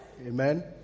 amen